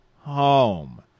home